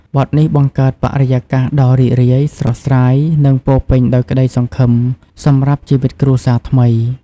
បទនេះបង្កើតបរិយាកាសដ៏រីករាយ ស្រស់ស្រាយ និងពោរពេញដោយក្តីសង្ឃឹមសម្រាប់ជីវិតគ្រួសារថ្មី។